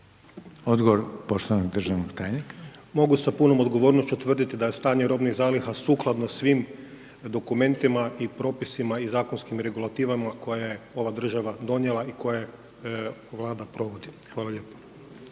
Odgovor poštovanog državnog tajnika. **Antonić, Mario** Mogu sa punom odgovornošću tvrditi da je stanje robnih zaliha sukladno svim dokumentima i propisima i zakonskim regulativama koje je ova država donijela i koje Vlada provodi. Hvala lijepo.